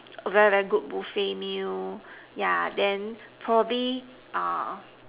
very very good buffet meal yeah then probably uh